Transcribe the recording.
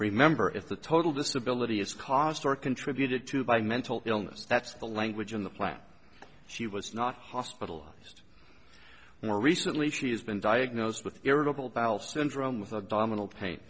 remember if the total disability is caused or contributed to by mental illness that's the language in the plan she was not hospitalized more recently she has been diagnosed with irritable bowel syndrome with abdominal pain